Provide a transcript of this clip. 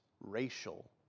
racial